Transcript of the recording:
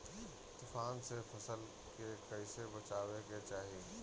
तुफान से फसल के कइसे बचावे के चाहीं?